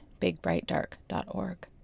bigbrightdark.org